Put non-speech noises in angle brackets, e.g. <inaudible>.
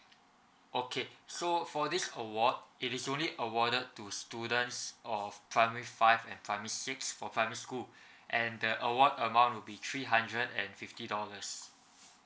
okay so for this award it is only awarded to students of primary five and primary six for primary school <breath> and the award amount would be three hundred and fifty dollars